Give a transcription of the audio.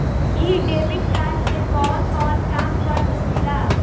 इ debit card से कवन कवन काम कर सकिला?